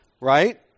right